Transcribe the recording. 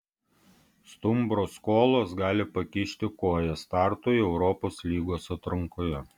stumbro skolos gali pakišti koją startui europos lygos atrankoje